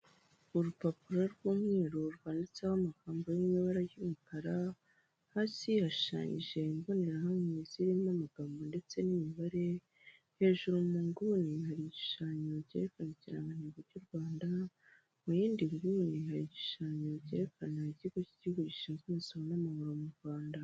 Urupapuro rw'umweruru rwanditseho amagambo ari mu ibara ry'umukara, hasi hashushanyije imbonerahamwe zirimo amagambo ndetse n'imibare, hejuru mu nguni hari igishushanyo cyerekana ikirangantego cy'u Rwanda, mu yindi nguni hari igishushanyo cyerekana ikigo cy'Igihugu gishinzwe imisoro n'amahoro mu Rwanda.